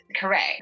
correct